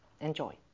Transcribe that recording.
Enjoy